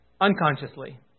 unconsciously